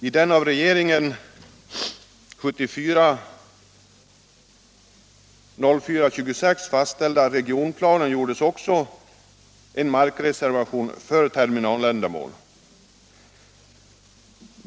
I den av regeringen 1974 fastställda regionplanen gjordes också en markreservation för terminaländamål.